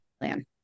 plan